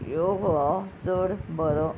योग हो चड बरो